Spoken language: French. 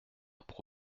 pour